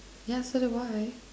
yes to the right